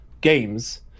games